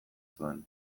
zuen